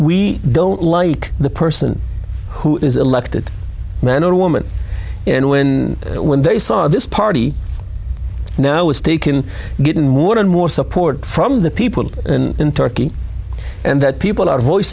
we don't like the person who is elected man or woman and when when they saw this party now it's taken getting more and more support from the people in turkey and that people are